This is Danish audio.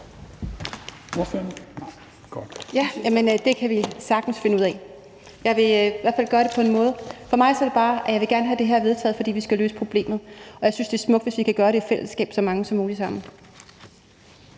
Det kan vi sagtens finde ud af. For mig er det bare sådan, at jeg gerne vil have det her vedtaget, fordi vi skal have løst problemet, og jeg synes, at det er smukt, hvis vi kan gøre det i fællesskab så mange som muligt sammen.